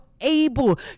able